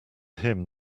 him